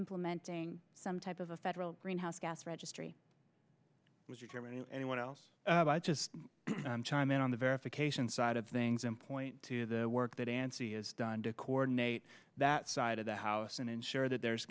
implementing some type of a federal greenhouse gas registry was you germany or anyone else just chime in on the verification side of things in point two the work that and see is done to coordinate that side of the house and ensure that there